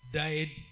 died